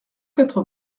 quatre